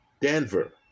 Denver